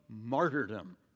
martyrdom